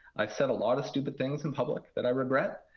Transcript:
i've said a lot of stupid things in public that i regret.